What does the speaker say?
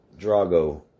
Drago